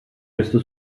questo